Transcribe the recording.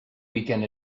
weekend